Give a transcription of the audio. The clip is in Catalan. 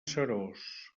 seròs